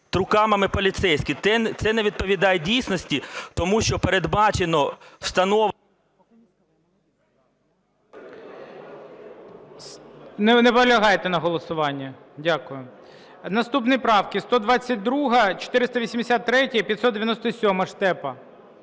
TruCAM поліцейські. Це не відповідає дійсності, тому що передбачено встановлення… ГОЛОВУЮЧИЙ. Не наполягаєте на голосуванні? Дякую. Наступні правки: 122, 483, 597. Штепа.